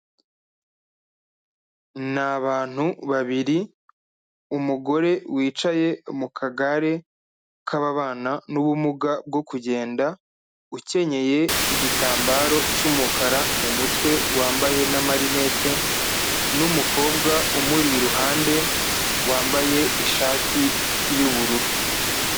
Ni abantu babiri, umugore wicaye mu kagare kababana n'ubumuga bwo kugenda ukenyeye igitambaro cy'umukara mu mutwe, wambaye n'amarinete n'umukobwa umuri iruhande wambaye ishati y'ubururu.